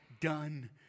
done